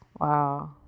Wow